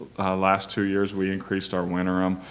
last two years we increased our winterim.